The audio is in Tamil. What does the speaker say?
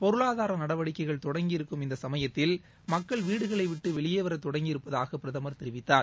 பொருளாதார நடவடிக்கைகள் தொடங்கியிருக்கும் இந்த சமயத்தில் மக்கள் வீடுகளை விட்டு வெளியே வரத் தொடங்கியிருப்பதாக பிரதமர் தெரிவித்தார்